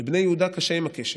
לבני יהודה קשה עם הקשת.